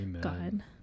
God